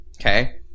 Okay